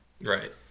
Right